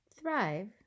Thrive